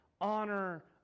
honor